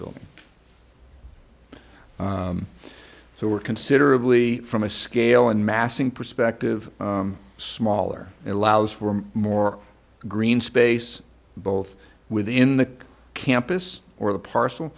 building so we're considerably from a scale and massing perspective smaller and allows for more green space both within the campus or the parcel